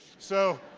so,